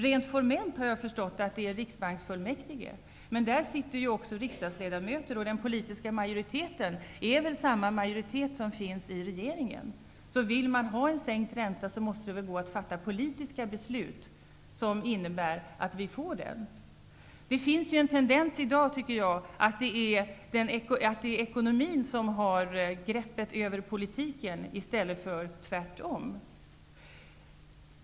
Rent formellt har jag förstått att det ankommer på riksbanksfullmäktige. Men däri ingår också riksdagsledamöter. Den politiska majoriteten borde väl vara likadan som i regeringen. Om man vill ha sänkt ränta, måste det väl gå att fatta politiska beslut som leder till att vi får det. I dag finns det en tendens till att det är ekonomin som har greppet över politiken i stället för tvärtom.